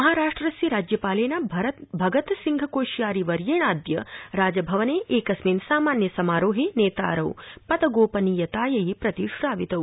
महाराष्ट्रस्य राज्यपालेन भरतसिंहकोश्यारी वर्येणायाद्य राजभवने एकस्मिन् सामान्य समारोहे नेतारो पदगोपनीयतायै प्रतिश्रावितौ